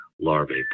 larvae